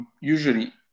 usually